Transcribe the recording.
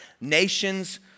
Nations